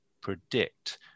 predict